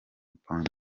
pombe